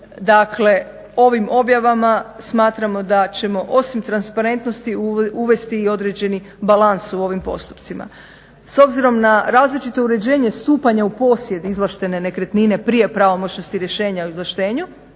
Dakle, ovim objavama smatramo da ćemo osim transparentnosti uvesti i određeni balans u ovim postupcima. S obzirom na različito uređenje stupanja u posjed izvlaštene nekretnine prije pravomoćnosti rješenja o izvlaštenju